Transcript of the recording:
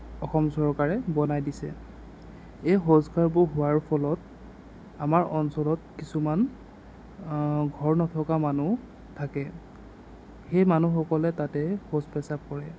অসম চৰকাৰে বনাই দিছে এই শৌচাগাৰবোৰ হোৱাৰ ফলত আমাৰ অঞ্চলত কিছুমান ঘৰ নথকা মানুহ থাকে সেই মানুহসকলে তাতে শৌচ পেচাব কৰে